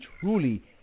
truly